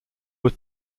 were